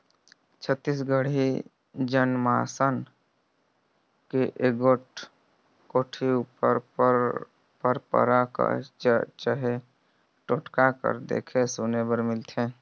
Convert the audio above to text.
छत्तीसगढ़ी जनमानस मे एगोट कोठी उपर पंरपरा कह चहे टोटका कह देखे सुने बर मिलथे